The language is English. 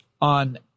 on